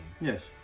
Yes